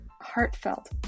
heartfelt